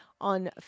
on